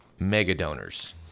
megadonors